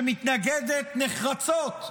שמתנגדת נחרצות,